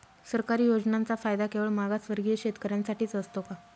सरकारी योजनांचा फायदा केवळ मागासवर्गीय शेतकऱ्यांसाठीच असतो का?